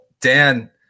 Dan